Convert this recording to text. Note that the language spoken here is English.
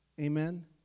amen